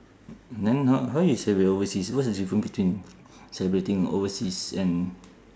then how how you celebrate overseas what's the difference between celebrating overseas and